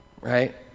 right